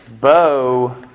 Bo